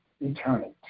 eternity